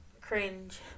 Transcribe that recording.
Cringe